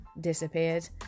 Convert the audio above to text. disappeared